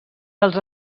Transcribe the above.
dels